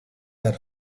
were